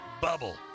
Bubble